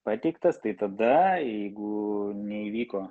pateiktas tai tada jeigu neįvyko